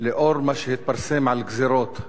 לאור מה שהתפרסם על גזירות,